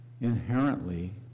inherently